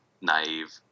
naive